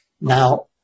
Now